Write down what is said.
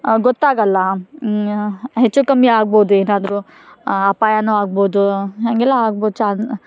ಗೊತ್ತಾಗಲ್ಲ ಹೆಚ್ಚು ಕಮ್ಮಿಆಗ್ಬೋದು ಏನಾದರೂ ಅಪಾಯವೂ ಆಗ್ಬೋದೂ ಹಾಗೆಲ್ಲ ಆಗೋ ಚಾನ್